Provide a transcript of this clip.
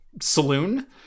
saloon